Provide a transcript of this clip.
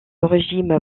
régime